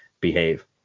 behave